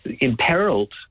imperiled